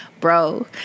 bro